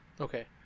Okay